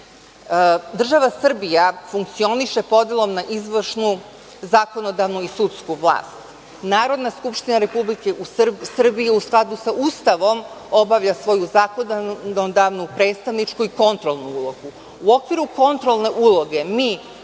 Država Srbija funkcioniše podelom na izvršnu, zakonodavnu i sudsku vlast. Narodna skupština Republike Srbije u skladu sa Ustavom obavlja svoju zakonodavnu, predstavničku i kontrolnu ulogu.